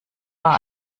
war